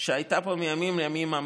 שהייתה פה מימים ימימה,